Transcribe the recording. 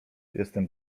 jestem